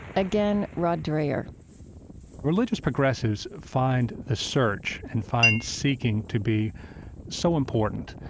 again, rod dreher religious progressives find the search and find seeking to be so important.